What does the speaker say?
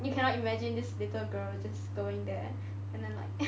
you cannot imagine this little girl just going there and then like